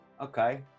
Okay